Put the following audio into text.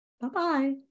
Bye-bye